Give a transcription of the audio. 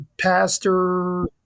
pastor